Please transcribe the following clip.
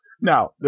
Now